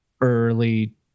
early